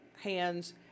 hands